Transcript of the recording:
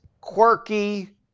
quirky